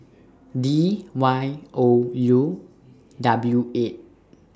D Y O U W eight